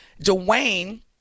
Dwayne